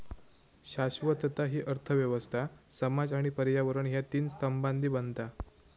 शाश्वतता हि अर्थ व्यवस्था, समाज आणि पर्यावरण ह्या तीन स्तंभांनी बनता